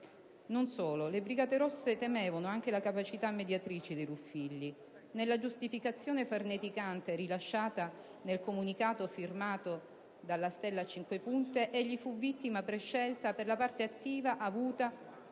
Non solo: le Brigate rosse temevano anche le capacità mediatrici di Ruffilli. Nella giustificazione farneticante rilasciata nel comunicato firmato dalla stella a cinque punte, egli fu vittima prescelta per la parte attiva avuta